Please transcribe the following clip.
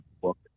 book